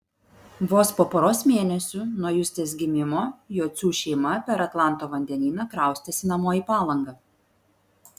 vos po poros mėnesių nuo justės gimimo jocių šeima per atlanto vandenyną kraustėsi namo į palangą